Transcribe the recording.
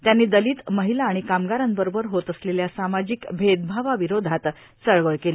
त्यांनी दलित महिला आणि कामगारांबरोबर होत असलेल्या सामाजिक भेदभावाविरोधात चळवळ केली